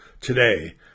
today